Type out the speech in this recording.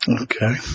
Okay